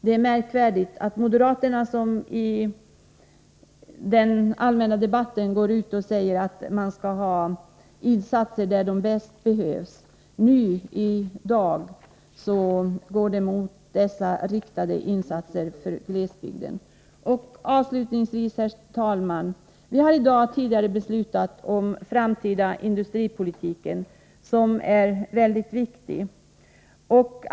Det är märkvärdigt att moderaterna, som i den allmänna debatten går ut och säger att det skall göras insatser där de bäst behövs, i dag går emot dessa riktade insatser för glesbygden. Avslutningsvis, herr talman: Vi har tidigare i dag beslutat om den framtida industripolitiken, som är mycket viktig.